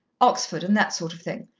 oxford and that sort of thing.